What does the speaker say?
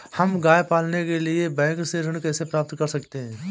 हम गाय पालने के लिए बैंक से ऋण कैसे प्राप्त कर सकते हैं?